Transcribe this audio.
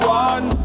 one